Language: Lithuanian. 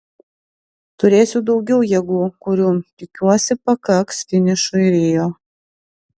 turėsiu daugiau jėgų kurių tikiuosi pakaks finišui rio